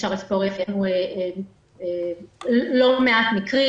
--- אפשר לספור לא מעט מקרים,